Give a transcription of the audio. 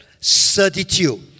certitude